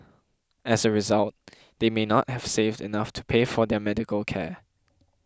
as a result they may not have saved enough to pay for their medical care